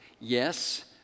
Yes